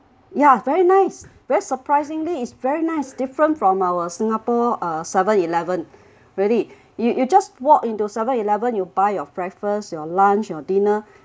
ya very nice very surprisingly is very nice different from our singapore uh seven eleven really you you just walk into seven eleven you buy your breakfast your lunch your dinner